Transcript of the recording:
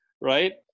Right